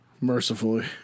Mercifully